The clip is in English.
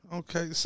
okay